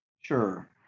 Sure